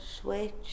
switch